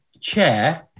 chair